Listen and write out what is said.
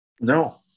No